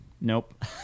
nope